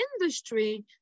industry